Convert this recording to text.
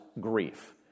grief